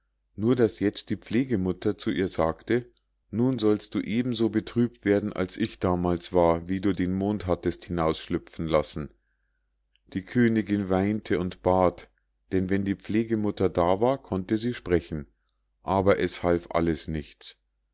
nur daß jetzt die pflegemutter zu ihr sagte nun sollst du eben so betrübt werden als ich damals war wie du den mond hattest hinausschlüpfen lassen die königinn weinte und bat denn wenn die pflegemutter da war konnte sie sprechen aber es half alles nichts